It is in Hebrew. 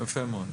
יפה מאוד.